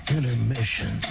Intermission